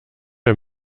der